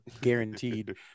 guaranteed